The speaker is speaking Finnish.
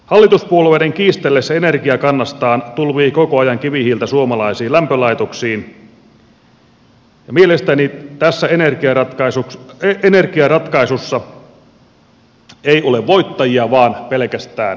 hallituspuolueiden kiistellessä energiakannastaan tulvii koko ajan kivihiiltä suomalaisiin lämpölaitoksiin ja mielestäni tässä energiaratkaisussa ei ole voittajia vaan pelkästään häviäjiä